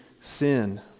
sin